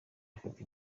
afite